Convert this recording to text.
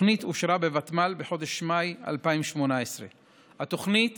התוכנית אושרה בוותמ"ל בחודש מאי 2018. התוכנית